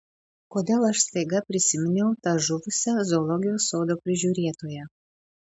kodėl aš staiga prisiminiau tą žuvusią zoologijos sodo prižiūrėtoją